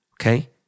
okay